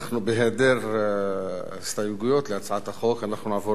בהיעדר הסתייגויות להצעת החוק אנחנו נעבור